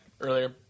earlier